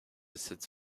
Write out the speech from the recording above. cette